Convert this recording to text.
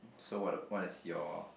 so what a what is your